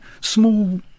small